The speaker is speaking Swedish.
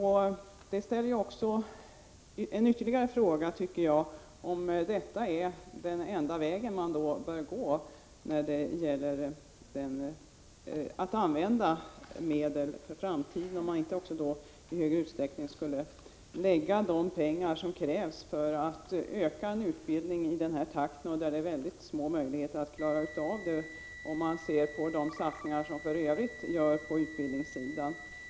Mot den bakgrunden uppkommer ytterligare en fråga, nämligen om detta är den enda väg som man bör gå vid användningen av medlen i framtiden. Man har med tanke på de satsningar som i övrigt görs på utbildningssidan mycket små möjligheter att öka utbildningen i den angivna takten.